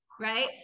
right